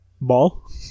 Ball